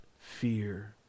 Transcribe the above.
fear